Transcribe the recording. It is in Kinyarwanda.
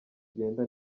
igenda